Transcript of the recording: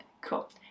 Cool